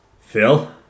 Phil